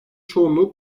çoğunluğu